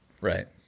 Right